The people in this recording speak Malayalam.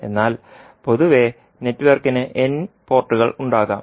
എന്നാൽ പൊതുവേ നെറ്റ്വർക്കിന് n പോർട്ടുകൾ ഉണ്ടാകാം